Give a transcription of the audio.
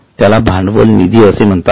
त्याला भांडवल निधी असे म्हणतात